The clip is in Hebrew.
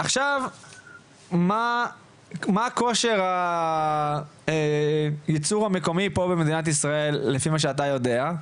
עכשיו מה כושר הייצור המקומי פה במדינת ישראל לפי מה שאתה יודע?